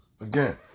again